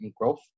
growth